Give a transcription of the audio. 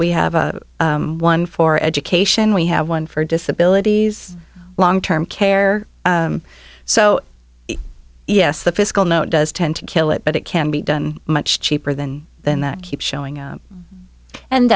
we have one for education we have one for disability long term care so yes the fiscal note does tend to kill it but it can be done much cheaper than than that keep showing up and